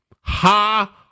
Ha